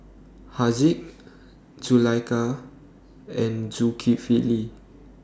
Haziq Zulaikha and Zulkifli